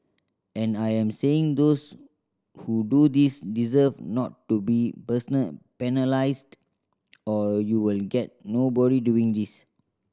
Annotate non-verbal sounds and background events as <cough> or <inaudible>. and I am saying those who do this deserve not to be <unintelligible> penalised or you will get nobody doing this